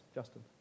Justin